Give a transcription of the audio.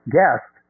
Guest